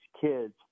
kids